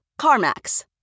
CarMax